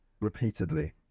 repeatedly